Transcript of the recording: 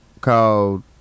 called